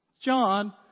John